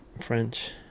French